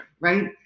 Right